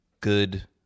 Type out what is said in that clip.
good